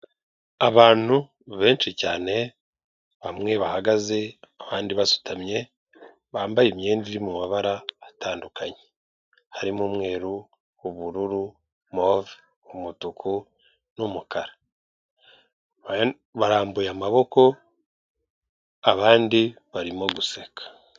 Abantu benshi cyane bamwe bahagaze abandi basutamye bambaye imyenda iri mu mabara atandukanye harimo umweru, ubururu, move, umutuku n'umukara barambuye amaboko abandi barimo guseka.